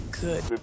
good